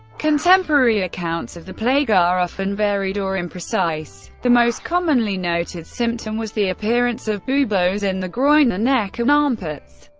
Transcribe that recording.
contemporary accounts of the plague are often varied or imprecise. the most commonly noted symptom was the appearance of buboes in the groin, the neck and armpits,